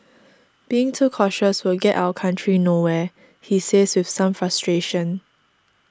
being too cautious will get our country nowhere he says with some frustration